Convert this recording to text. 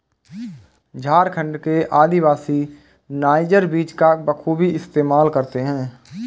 झारखंड के आदिवासी नाइजर बीज का बखूबी इस्तेमाल करते हैं